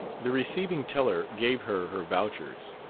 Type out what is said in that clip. the receiving-teller gave her her vouchers.